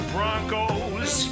Broncos